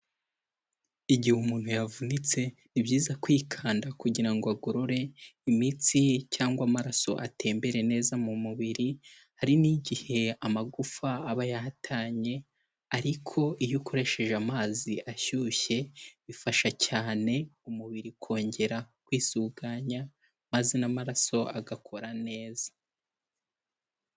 Igihe umuntu yavunitse, ni byiza kwikanda kugira ngo agorore imitsi ye cyangwa amaraso atembere neza mu mubiri, hari n'igihe amagufa aba yahatanye, ariko iyo ukoresheje amazi ashyushye bifasha cyane umubiri kongera kwisuganya, maze n'amaraso agakora neza.